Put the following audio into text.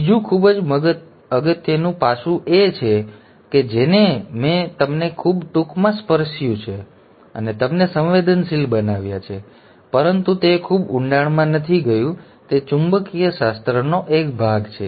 બીજું ખૂબ મહત્ત્વનું પાસું કે જેને મેં તમને ખૂબ ટૂંકમાં સ્પર્શ્યું છે અને તમને સંવેદનશીલ બનાવ્યા છે પરંતુ તે ખૂબ ઊંડાણમાં નથી ગયું તે ચુંબકીયશાસ્ત્રનો એક ભાગ છે